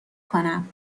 کنم